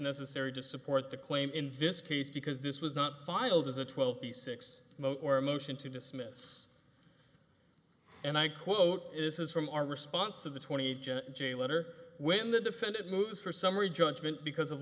necessary to support the claim in this case because this was not filed as a twelve b six or a motion to dismiss and i quote this is from our response to the twenty june letter when the defendant moves for summary judgment because of